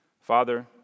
Father